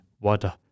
water